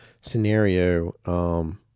scenario